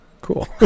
cool